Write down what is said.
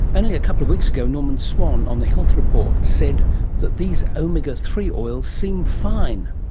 only a couple of weeks ago norman swan on the health report said that these omega three oils seem fine,